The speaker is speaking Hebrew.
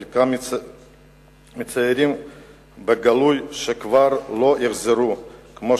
חלקם מצהירים בגלוי שכבר לא יחזרו, וכמו